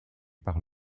par